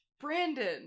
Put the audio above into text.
Brandon